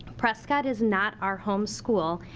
prescott is not our home school.